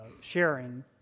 sharing